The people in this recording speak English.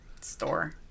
store